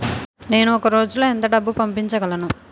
నేను ఒక రోజులో ఎంత డబ్బు పంపించగలను?